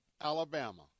Alabama